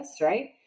right